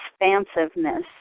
expansiveness